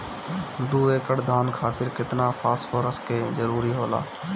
दु एकड़ धान खातिर केतना फास्फोरस के जरूरी होला?